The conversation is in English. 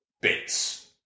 bits